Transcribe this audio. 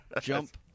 Jump